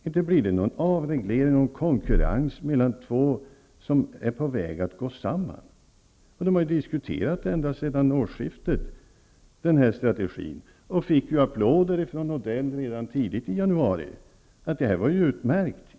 Inte blir det någon avreglering och konkurrens mellan två som är på väg att gå samman. De har ju diskuterat den strategin ända sedan årsskiftet och fick applåder från Odell redan tidigt i januari. Det här var ju utmärkt, hette det.